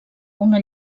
una